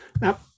Now